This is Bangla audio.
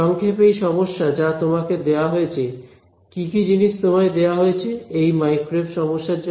সংক্ষেপে এই সমস্যা যা তোমাকে দেওয়া হয়েছে কি কি জিনিস তোমাকে দেয়া হয়েছে এই মাইক্রোওয়েভ সমস্যার জন্য